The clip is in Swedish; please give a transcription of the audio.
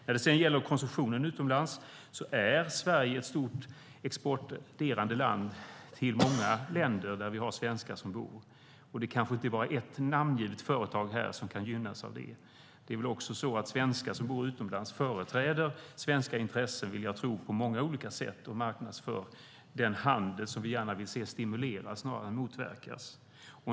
När det sedan gäller konsumtionen utomlands är Sverige ett land med stor export till många länder där svenskar som bor, och det kanske inte är bara ett här namngivet företag som kan gynnas av det. Det är väl också så att svenskar som bor utomlands företräder svenska intressen, vill jag tro, på många olika sätt och marknadsför den handel som vi gärna vill se stimuleras snarare än motverkas.